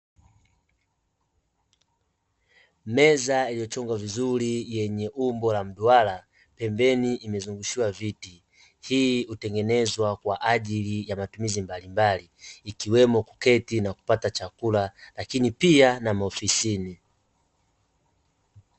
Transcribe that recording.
Meza iliyochongwa vizuri yenye umbo la mduara, pembeni imezungushiwa viti. Hii hutengenezwa kwa ajili ya matumizi mbalimbali ikiweomo kuketi na kupata chakula, lakini pia na maofisini.